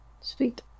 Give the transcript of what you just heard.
Sweet